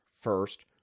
first